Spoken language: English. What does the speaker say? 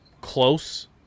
close